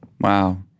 Wow